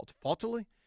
faultily